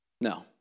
No